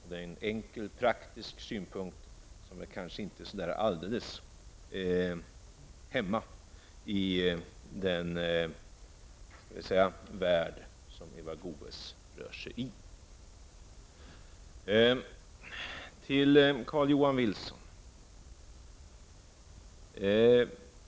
Det är en enkel och praktiskt synpunkt, som kanske inte hör hemma i den värld som Eva Goe s rör sig i.